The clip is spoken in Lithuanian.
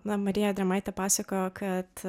na marija drėmaitė pasakojo kad